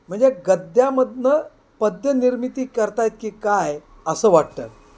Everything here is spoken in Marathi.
म्हणजे गद्यामधनं पद्यनिर्मिती करत आहेत की काय असं वाटतं